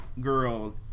girl